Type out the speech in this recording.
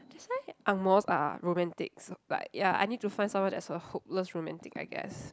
that's why angmohs are romantics like ya I need to find someone that's a hopeless romantic I guess